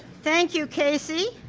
thank you casey,